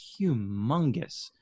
humongous